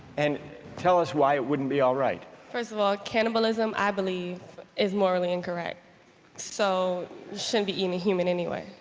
and tell us why wouldn't be all right. first of all, cannibalism, i believe is morally incorrect so you shouldn't be eating a human anyway.